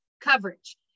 coverage